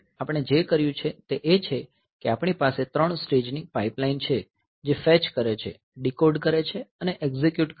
આપણે જે કર્યું છે તે એ છે કે આપણી પાસે 3 સ્ટેજની પાઇપલાઇન છે જે ફેચ કરે છે ડીકોડ કરે છે અને એક્ઝિક્યુટ કરે છે